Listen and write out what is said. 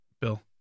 Bill